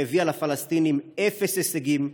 שהביאה לפלסטינים אפס הישגים,